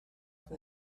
from